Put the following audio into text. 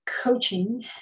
coaching